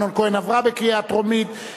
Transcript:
בנייה מפני רעידות אדמה (תיקוני חקיקה),